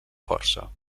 força